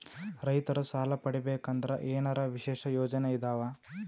ರೈತರು ಸಾಲ ಪಡಿಬೇಕಂದರ ಏನರ ವಿಶೇಷ ಯೋಜನೆ ಇದಾವ?